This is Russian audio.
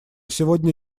сегодня